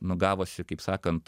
nu gavosi kaip sakant